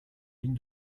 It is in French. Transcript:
ligne